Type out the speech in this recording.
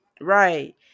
right